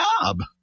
job